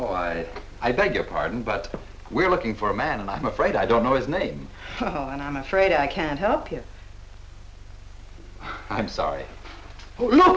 oh i beg your pardon but we're looking for a man and i'm afraid i don't know his name and i'm afraid i can't help you i'm sorry